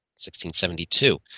1672